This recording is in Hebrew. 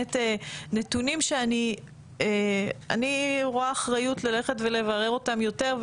נתונים שאני רואה אחריות ללכת ולברר אותם יותר,